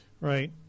Right